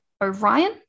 Orion